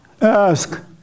ask